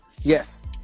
Yes